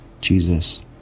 Jesus